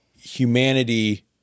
humanity